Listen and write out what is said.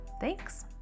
Thanks